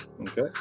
Okay